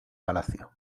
palacio